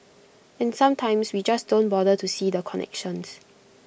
and sometimes we just don't bother to see the connections